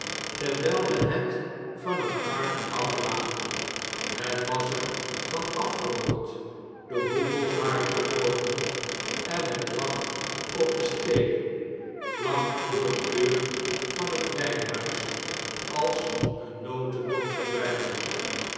terwjjl men het van eene kar aflaadde het was er van afgerold de hoepels waren gebroken en het lag op de steenen vlak votfr de deur van het wijnhuis als een notedop verbrjjzeld